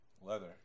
Leather